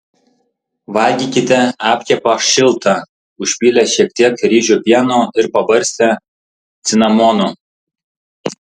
valgykite apkepą šiltą užpylę šiek tiek ryžių pieno ir pabarstę cinamonu